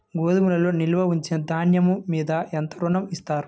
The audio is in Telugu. గోదాములో నిల్వ ఉంచిన ధాన్యము మీద ఎంత ఋణం ఇస్తారు?